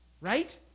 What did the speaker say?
Right